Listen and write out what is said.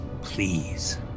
Please